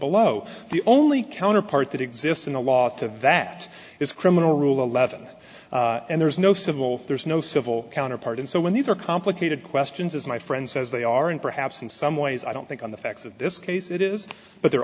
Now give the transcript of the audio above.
below the only counterpart that exists in the law to that is criminal rule eleven and there is no civil there's no civil counterpart and so when these are complicated questions as my friend says they are and perhaps in some ways i don't think on the facts of this case it is but there